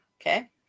Okay